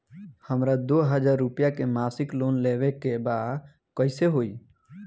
हमरा दो हज़ार रुपया के मासिक लोन लेवे के बा कइसे होई?